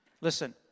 Listen